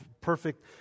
perfect